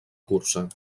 cursa